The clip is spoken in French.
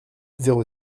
zéro